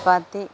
ചപ്പാത്തി